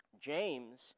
James